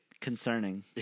concerning